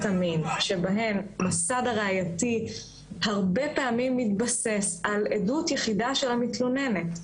המין שבהן המסד הראייתי הרבה פעמים מתבסס על עדות יחידה של המתלוננת.